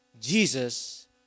Jesus